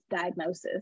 diagnosis